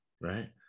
right